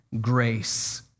grace